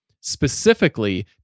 Specifically